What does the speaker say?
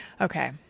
okay